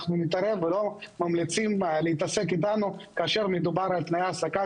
אנחנו לא ממליצים להתעסק איתנו כאשר מדובר על תנאי העסקה